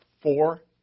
four